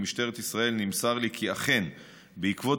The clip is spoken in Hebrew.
ממשטרת ישראל נמסר לי כי אכן בעקבות